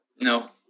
No